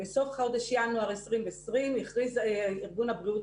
בסוף חודש ינואר 2020 הכריז ארגון הבריאות